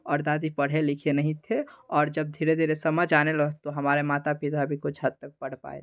और दादी पढ़े लिखे नहीं थे और जब धीरे धीरे समझ आने लगे तो हमारे माता पिता भी कुछ हद तक पढ़ पाए